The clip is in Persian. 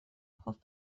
خوب